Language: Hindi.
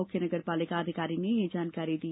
मुख्य नगर पालिका अधिकारी ने यह जानकारी दी